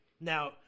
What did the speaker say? Now